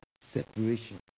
separation